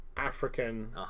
african